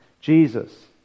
Jesus